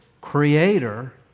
creator